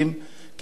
מושבים,